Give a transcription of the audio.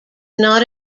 not